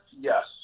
yes